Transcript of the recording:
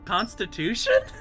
Constitution